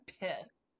pissed